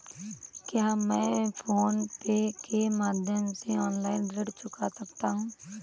क्या मैं PhonePe के माध्यम से ऑनलाइन ऋण चुका सकता हूँ?